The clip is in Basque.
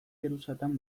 geruzatan